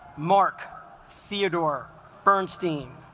mark theodore bernstein